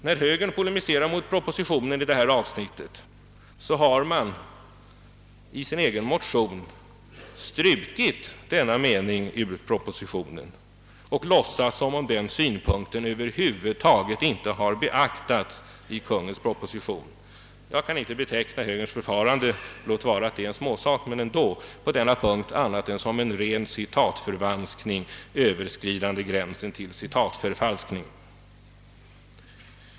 När högern polemiserar mot propositionen i detta avsnitt har man 1 sin motion strukit just denna mening i propositionen och låtsat som om den synpunkten över huvud taget inte hade beaktats i Kungl. Maj:ts proposition. Jag kan inte beteckna högerns förfarande — låt vara att det gäller en småsak -— som annat än en ren citatförvanskning, nästan överskridande gränsen till citatförfalskning.